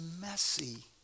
messy